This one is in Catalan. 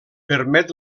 permet